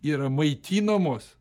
yra maitinamos